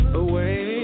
away